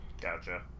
Gotcha